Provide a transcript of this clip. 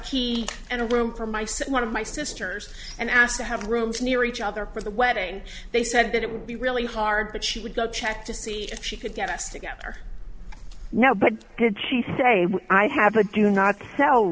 key and a room for myself one of my sisters and asked to have rooms near each other for the wedding they said that it would be really hard but she would go check to see if she could get us together now but did she say i have a do not tell